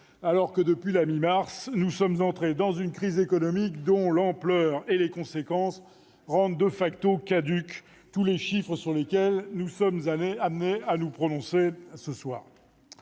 alors que, depuis la mi-mars, nous sommes entrés dans une crise économique dont l'ampleur et les conséquences rendent caducs tous les chiffres sur lesquels nous sommes amenés à nous prononcer ce soir.